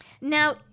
Now